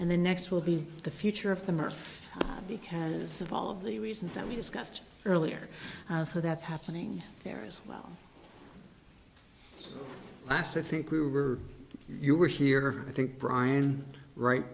and the next will be the future of the merck because of all of the reasons that we discussed earlier so that's happening there as well last i think we were you were here i think brian right